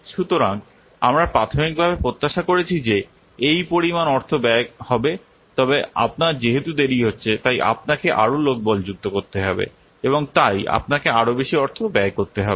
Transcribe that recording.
সুতরাং আমরা প্রাথমিকভাবে প্রত্যাশা করেছি যে এই পরিমাণ অর্থ ব্যয় হবে তবে আপনার যেহেতু দেরি হচ্ছে তাই আপনাকে আরও লোকবল যুক্ত করতে হবে এবং তাই আপনাকে আরও বেশি অর্থ ব্যয় করতে হবে